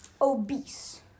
obese